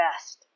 best